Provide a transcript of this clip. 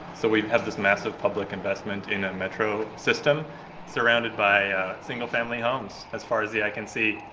so we've had this massive public investment in a metro system surrounded by single-family homes as far as the eye can see.